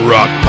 Rock